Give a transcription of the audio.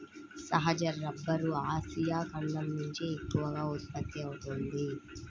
సహజ rubber Asia ఖండం నుంచే ఎక్కువగా ఉత్పత్తి అవుతోంది